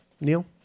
Neil